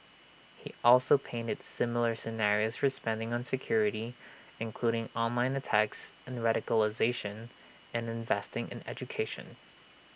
he also painted similar scenarios for spending on security including online attacks and radicalisation and investing in education